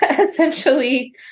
essentially